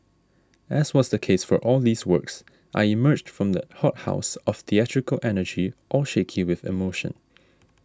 as was the case for all these works I emerged from that hothouse of theatrical energy all shaky with emotion